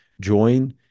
join